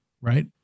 right